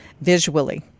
visually